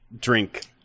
drink